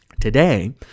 Today